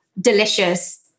delicious